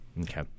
Okay